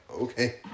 Okay